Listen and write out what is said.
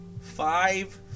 five